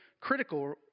critical